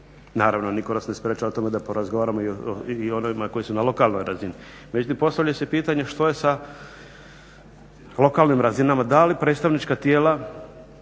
Naravno, nitko nas ne sprečava u tome da porazgovaramo i o onima koji su na lokalnoj razini. Međutim, postavlja se pitanje što je sa lokalnim razinama, da li predstavnička tijela